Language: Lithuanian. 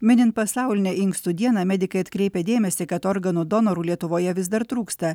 minint pasaulinę inkstų dieną medikai atkreipia dėmesį kad organų donorų lietuvoje vis dar trūksta